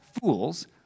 fools—